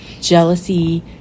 jealousy